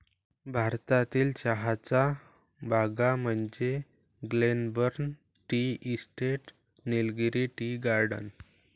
भारतातील चहाच्या बागा म्हणजे Glenburn tea estate, Nilgiri tea garden